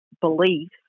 beliefs